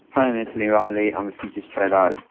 i'm anthony riley. i'm a futures trader.